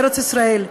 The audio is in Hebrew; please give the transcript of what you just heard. בארץ-ישראל,